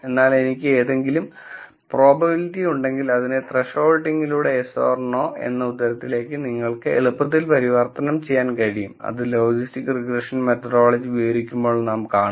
എന്നാൽ എനിക്ക് എന്തെങ്കിലും പ്രോബബിലിറ്റി ഉണ്ടെങ്കിൽ അതിനെ ത്രെഷോൾഡിംഗിലൂടെ yes or no എന്ന ഉത്തരങ്ങളിലേക്ക് എനിക്ക് എളുപ്പത്തിൽ പരിവർത്തനം ചെയ്യാൻ കഴിയും അത് ലോജിസ്റ്റിക്സ് റിഗ്രഷൻ മെത്തഡോളജി വിവരിക്കുമ്പോൾ നാം കാണും